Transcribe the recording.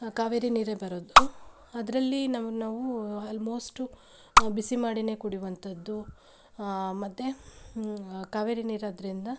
ಕಾವೇರಿ ನೀರೇ ಬರೋದು ಅದರಲ್ಲಿ ನಮಗೆ ನಾವೂ ಆಲ್ಮೋಸ್ಟು ಬಿಸಿ ಮಾಡಿಯೇ ಕುಡಿವಂಥದ್ದು ಮತ್ತೆ ಕಾವೇರಿ ನೀರಾದ್ದರಿಂದ